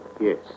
Yes